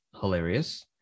hilarious